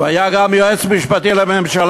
והיה גם יועץ משפטי לממשלה.